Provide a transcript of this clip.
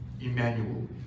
Emmanuel